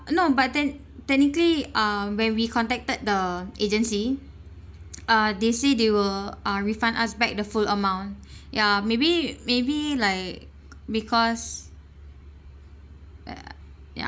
no but tech~ technically um when we contacted the agency uh they say they will uh refund us back the full amount ya maybe maybe like because ya ya